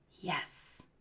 yes